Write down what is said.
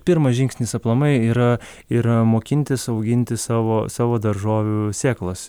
pirmas žingsnis aplamai yra yra mokintis auginti savo savo daržovių sėklos